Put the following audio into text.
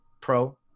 Pro